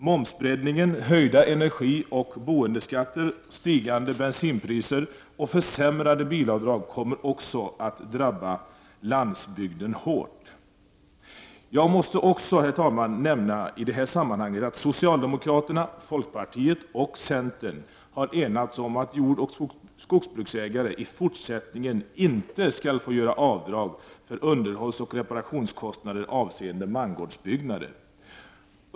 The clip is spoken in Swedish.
Momsbreddningen, höjda energioch boendeskatter liksom stigande bensinpriser och försämrade bilavdrag kommer också att drabba landsbygden hårt. Jag måste också, herr talman, nämna att socialdemokraterna, folkpartiet och centern har enats om att jordoch skogsbruksägare i fortsättningen inte skall få göra avdrag för underhållsoch reparationskostnader avseende mangårdsbyggnader.